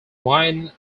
wine